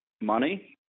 money